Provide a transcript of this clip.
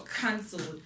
cancelled